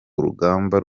urugamba